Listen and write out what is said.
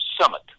summit